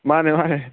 ꯃꯥꯅꯦ ꯃꯥꯅꯦ